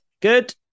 Good